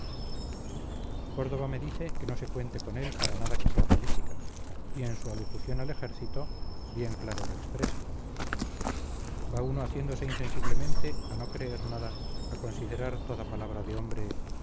córdoba me dice que no se cuente con él para nada que sea política y en su alocución al ejército bien claro lo expresa va uno haciéndose insensiblemente a no creer nada a considerar toda palabra de hombre